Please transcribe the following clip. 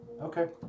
Okay